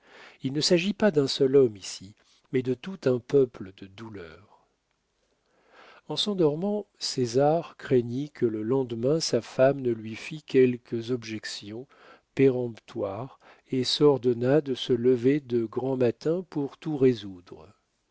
il ne s'agit pas d'un seul homme ici mais de tout un peuple de douleurs en s'endormant césar craignit que le lendemain sa femme ne lui fît quelques objections péremptoires et s'ordonna de se lever de grand matin pour tout résoudre